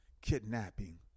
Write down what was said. kidnapping